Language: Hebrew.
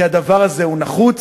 כי הדבר הזה הוא נחוץ.